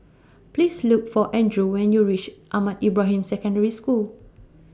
Please Look For An Drew when YOU REACH Ahmad Ibrahim Secondary School